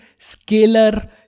scalar